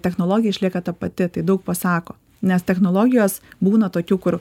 technologija išlieka ta pati tai daug pasako nes technologijos būna tokių kur